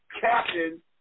captain